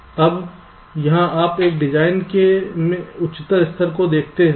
अब यहाँ आप एक डिज़ाइन के उच्चतर स्तर को देखते हैं